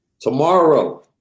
Tomorrow